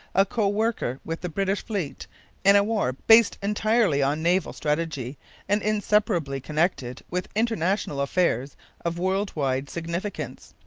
a co-worker with the british fleet in a war based entirely on naval strategy and inseparably connected with international affairs of world-wide significance.